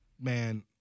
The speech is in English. man